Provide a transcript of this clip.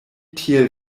tiel